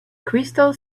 crystal